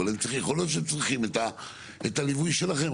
יכול להיות שהם צריכים את הליווי שלכם.